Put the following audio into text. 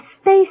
space